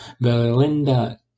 Belinda